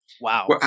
Wow